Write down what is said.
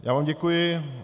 Já vám děkuji.